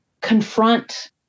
confront